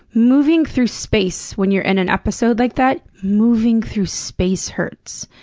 moving through space when you're in an episode like that moving through space hurts.